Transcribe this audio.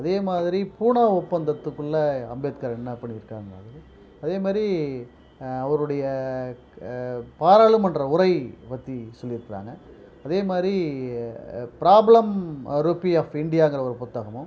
அதேமாதிரி பூனா ஒப்பந்தத்துக்குள்ளே அம்பேத்கர் என்ன பண்ணிருக்கா அதேமாதிரி அவருடைய பாராளுமன்ற உரை பற்றி சொல்லிருக்குறாங்க அதேமாதிரி ப்ராப்ளம் அரோப்பி ஆஃப் இண்டியாங்கிற ஒரு புத்தகமும்